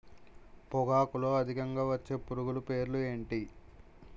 పొగాకులో అధికంగా వచ్చే పురుగుల పేర్లు ఏంటి